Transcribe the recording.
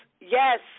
Yes